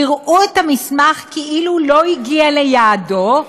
יראו את המסמך כאילו לא הגיע ליעדו,